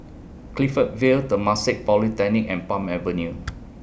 Clifton Vale Temasek Polytechnic and Palm Avenue